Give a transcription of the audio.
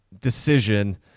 decision